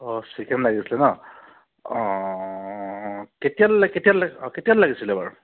অঁ চিকেন লাগিছিলে ন অঁ কেতিয়ালৈ কেতিয়ালৈ অঁ কেতিয়ালৈ লাগিছিলে বাৰু